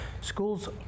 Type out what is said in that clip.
schools